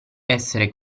essere